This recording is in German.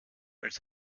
als